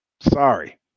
Sorry